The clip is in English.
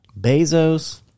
Bezos